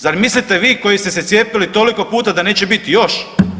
Zar mislite vi koji ste se cijepili toliko puta da neće biti još?